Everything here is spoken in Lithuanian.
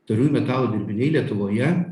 tauriųjų metalų dirbiniai lietuvoje